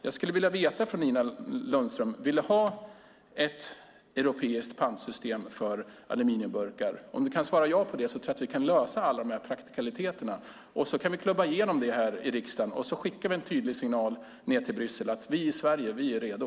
Jag skulle vilja veta om ni, Nina Lundström, vill ha ett europeiskt pantsystem för aluminiumburkar. Om du kan svara ja på den frågan tror jag att vi kan lösa alla praktikaliteter, och sedan kan vi klubba igenom det i riksdagen. På så sätt skickar vi en tydlig signal till Bryssel att vi i Sverige är redo.